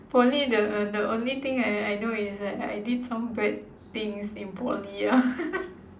poly the the only thing I I know is that I did some bad things in poly ah